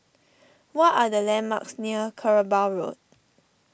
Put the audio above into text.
what are the landmarks near Kerbau Road